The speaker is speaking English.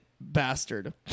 Bastard